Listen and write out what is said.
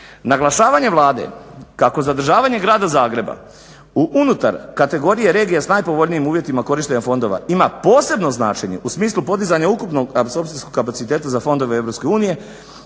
Naglašavanje Vlade kako zadržavanje Grada Zagreba unutar kategorije regija s najpovoljnijim uvjetima korištenja fondova ima posebno značenje u smislu podizanja ukupnog apsorpcijskog kapaciteta za fondove EU